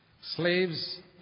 Slaves